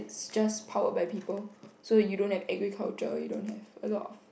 just powered by people so you don't have agriculture you don't have a lot of